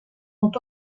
ont